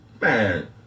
man